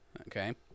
Okay